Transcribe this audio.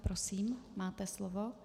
Prosím, máte slovo.